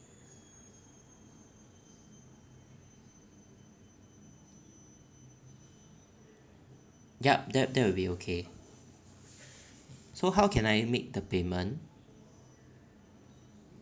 yup that that will be okay so how can I make the payment